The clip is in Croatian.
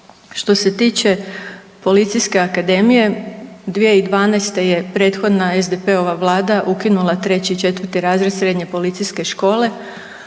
Što se tiče Policijske akademije 2012. je prethodna SDP-ova vlada ukinula 3. i 4. razred Srednje policijske škole.